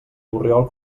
borriol